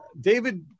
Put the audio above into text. David